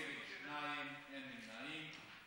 נגד, שניים, אין נמנעים.